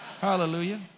Hallelujah